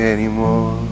Anymore